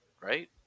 right